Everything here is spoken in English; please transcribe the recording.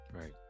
right